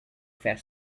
fat